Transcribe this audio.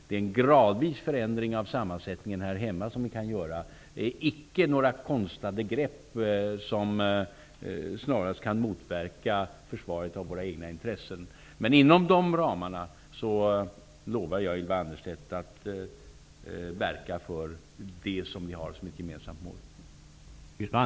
Vi kan göra en gradvis förändring av sammansättningen här hemma, men icke några konstlade grepp för att motverka försvaret av våra egna intressen. Men inom nämnda ramar lovar jag Ylva Annerstedt att verka för det som vi har som ett gemensamt mål.